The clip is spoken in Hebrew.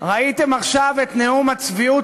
ראיתם עכשיו את נאום הצביעות